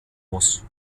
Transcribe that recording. muss